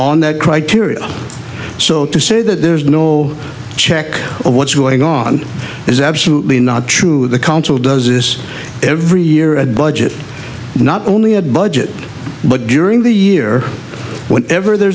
on that criteria so to say that there's no check of what's going on is absolutely not true the council does this every year at budget not only at budget but during the year whenever there